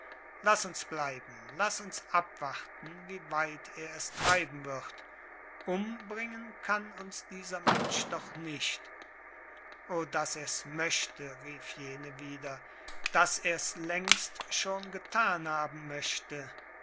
laß uns bleiben laß uns abwarten wie weit er es treiben wird umbringen kann uns dieser mensch doch nicht o daß ers möchte rief jene wieder daß ers längst schon getan haben möchte